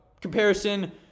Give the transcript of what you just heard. comparison